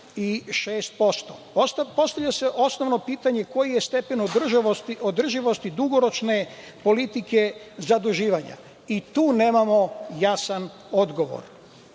76%.Postavlja se osnovno pitanje – koji je stepen održivosti dugoročne politike zaduživanja? I tu nemamo jasan odgovor.